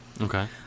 Okay